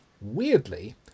Weirdly